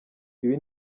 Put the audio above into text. ibi